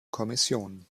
kommission